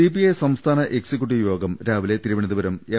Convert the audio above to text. CPI സംസ്ഥാന executive യോഗം രാവിലെ തിരുവ നന്തപുരം എം